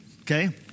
Okay